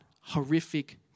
horrific